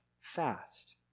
fast